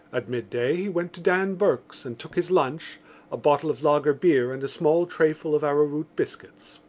at midday he went to dan burke's and took his lunch a bottle of lager beer and a small trayful of arrowroot biscuits.